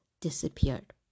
disappeared